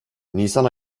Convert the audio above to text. nisan